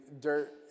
dirt